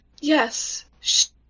yes